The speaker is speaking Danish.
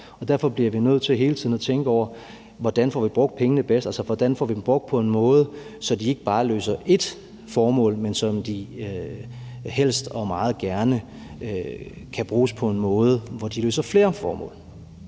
Derfor bliver vi nødt til hele tiden at tænke over, hvordan vi får brugt pengene bedst, altså hvordan vi får dem brugt på en måde, så de ikke bare løser ét formål, men så de helst og meget gerne kan bruges på en måde, hvor de løser flere formål,